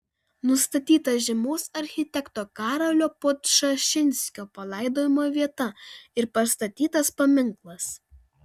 nustatyta žymaus architekto karolio podčašinskio palaidojimo vieta ir pastatytas paminklas